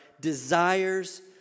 desires